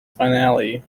finale